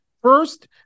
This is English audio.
First